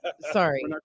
Sorry